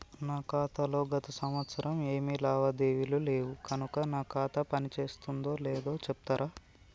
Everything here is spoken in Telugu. నా ఖాతా లో గత సంవత్సరం ఏమి లావాదేవీలు లేవు కనుక నా ఖాతా పని చేస్తుందో లేదో చెప్తరా?